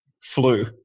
flu